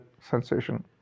sensation